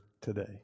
today